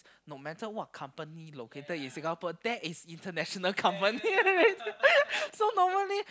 no matter what company located in Singapore that is international company already so normally